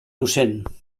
docent